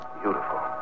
beautiful